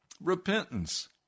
repentance